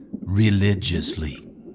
religiously